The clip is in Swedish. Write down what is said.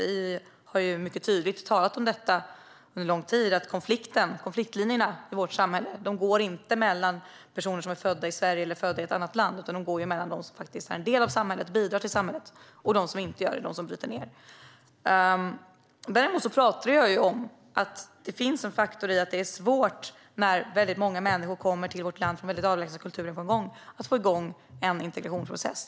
Vi har mycket tydligt och under lång tid talat om att konfliktlinjen i vårt samhälle inte går mellan personer som är födda i Sverige och personer som är födda i ett annat land. Den går i stället mellan dem som faktiskt är en del av och bidrar till samhället och dem som inte gör det, det vill säga dem som bryter ned. Däremot finns det en faktor av att det är svårt att få igång en integrationsprocess när väldigt många människor på samma gång kommer till vårt land från avlägsna kulturer.